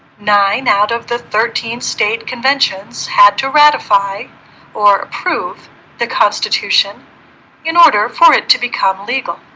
nine out of the thirteen state conventions had to ratify or approve the constitution in order for it to become legal